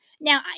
now